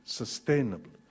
sustainable